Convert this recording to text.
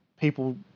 people